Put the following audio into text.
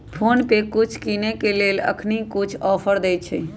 PhonePe कुछ किनेय के लेल अखनी कुछ ऑफर देँइ छइ